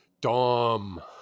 dom